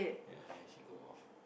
ya then he go off